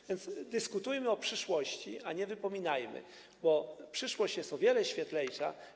A więc dyskutujmy o przyszłości, a nie wypominajmy, bo przyszłość jest o wiele światlejsza.